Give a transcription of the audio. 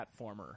platformer